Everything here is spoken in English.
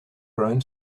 around